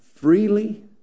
freely